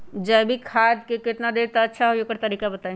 जैविक खाद केतना देब त अच्छा होइ ओकर तरीका बताई?